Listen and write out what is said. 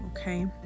okay